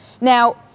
Now